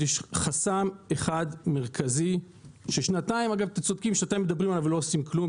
יש חסם אחד מרכזי שאתם צודקים ששנתיים מדברים עליו ולא עושים כלום